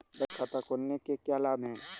बचत खाता खोलने के क्या लाभ हैं?